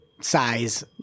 size